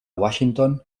washington